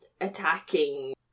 attacking